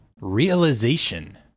Realization